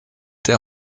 der